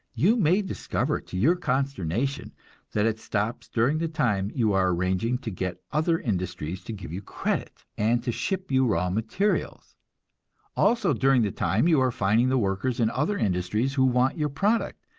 you may discover to your consternation that it stops during the time you are arranging to get other industries to give you credit, and to ship you raw materials also during the time you are finding the workers in other industries who want your product,